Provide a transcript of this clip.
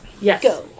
Yes